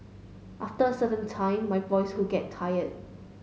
after a certain time my voice would get tired